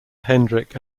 hendrik